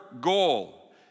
goal